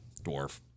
Dwarf